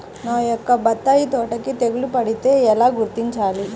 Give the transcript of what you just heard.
నా యొక్క బత్తాయి తోటకి తెగులు పడితే ఎలా గుర్తించాలి?